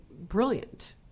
brilliant